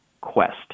quest